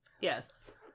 Yes